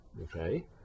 okay